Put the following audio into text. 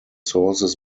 sources